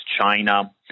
China